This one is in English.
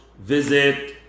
visit